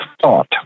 thought